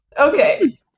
Okay